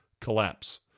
collapse